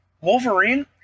Wolverine